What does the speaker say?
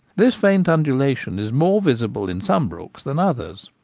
this faint undulation is more visible in some brooks than others.